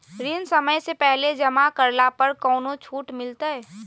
ऋण समय से पहले जमा करला पर कौनो छुट मिलतैय?